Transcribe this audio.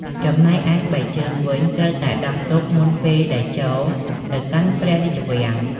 ចំណែកឯស្បែកជើងវិញត្រូវតែ ដោះទុកមុនពេលដែលចូលទៅកាន់ព្រះរាជវាំង។